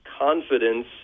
confidence